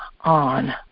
on